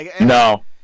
no